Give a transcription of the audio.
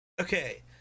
okay